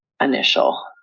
initial